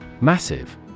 Massive